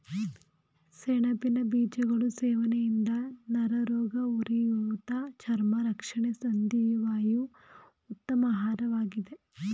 ಸೆಣಬಿನ ಬೀಜಗಳು ಸೇವನೆಯಿಂದ ನರರೋಗ, ಉರಿಊತ ಚರ್ಮ ರಕ್ಷಣೆ ಸಂಧಿ ವಾಯು ಉತ್ತಮ ಆಹಾರವಾಗಿದೆ